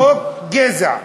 חוק גזע.